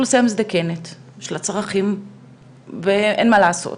האוכלוסייה מזדקנת, יש לה צרכים ואין מה לעשות.